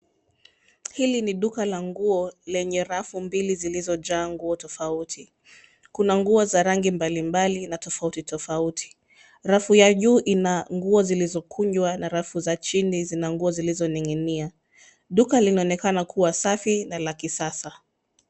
Hili ni duka la nguo lenye rafu mbili zilizojaa nguo tofauti. Kuna nguo za rangi mbalimbali na tofauti tofauti. Rafu ya juu ina nguo zilizokunjwa na rafu za chini zina nguo zilizoning'inia. Duka linaonekana kuwa safi na la kisasa.